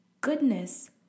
goodness